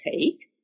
take